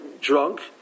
drunk